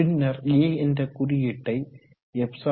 பின்னர் a என்ற குறியீட்டை ∈d3